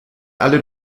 alle